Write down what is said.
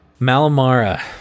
Malamara